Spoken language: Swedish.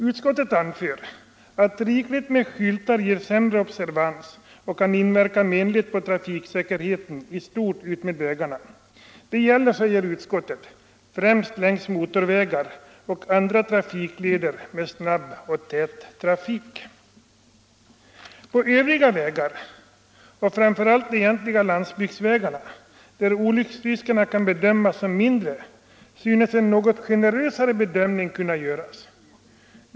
Utskottet anför att rikligt med skyltar ger sämre observans och kan inverka menligt på trafiksäkerheten i stort utmed vägarna. Vidare heter det: ”Detta gäller framför allt en utökning av antalet skyltar och märken längs motorvägar och andra trafikleder med snabb och tät trafik. På övriga vägar och framför allt de egentliga landsbygdsvägarna, där olycksriskerna kan bedömas som mindre, synes en något generösare bedömning kunna göras.